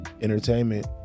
entertainment